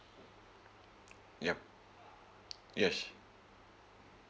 yup yes